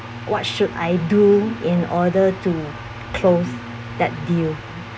what should I do in order to close that deal